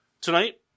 Tonight